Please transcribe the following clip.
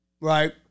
Right